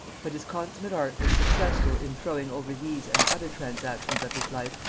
but his consummate art was successful in throwing over these and other transactions of his life,